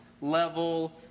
level